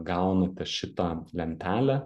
gaunate šitą lentelę